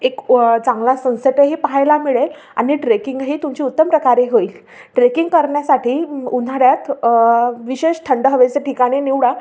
एक उ चांगला सनसेटही पाहायला मिळेल आणि ट्रेकिंगही तुमची उत्तम प्रकारे होईल ट्रेकिंग करण्यासाठी उन्हाळ्यात विशेष थंड हवेचे ठिकाण निवडा